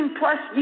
plus